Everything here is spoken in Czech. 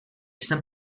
jsem